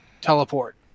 teleport